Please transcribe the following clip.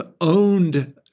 owned